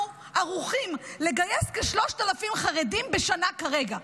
אומר: אנחנו ערוכים לגייס כ-3,000 חרדים בשנה כרגע.